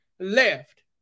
left